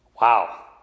Wow